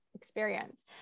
experience